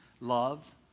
Love